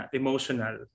emotional